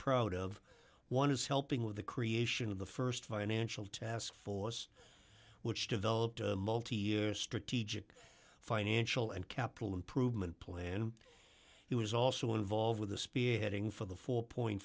proud of one is helping with the creation of the st financial taskforce which developed a multi year strategic financial and capital improvement plan he was also involved with the spearheading for the four